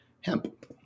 hemp